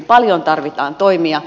paljon tarvitaan toimia